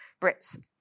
Brits